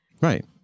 Right